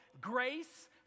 grace